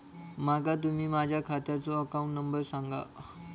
माका तुम्ही माझ्या खात्याचो अकाउंट नंबर सांगा?